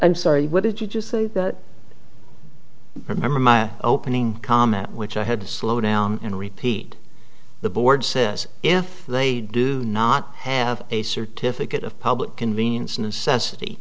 i'm sorry what did you just remember my opening comment which i had to slow down and repeat the board says if they do not have a certificate of public convenience necessity